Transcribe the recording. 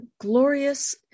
glorious